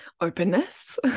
openness